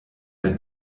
der